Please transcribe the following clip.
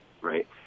Right